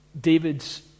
David's